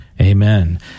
Amen